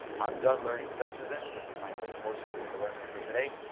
i'm done learning sensors in. this is my only motion i'm going to learn in for today.